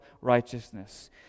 righteousness